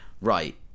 Right